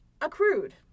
accrued